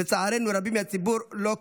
לצערנו, רבים מהציבור לא כאן,